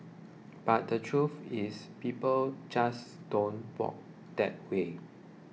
but the truth is people just don't work that way